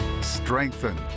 strengthen